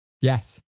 Yes